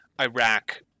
Iraq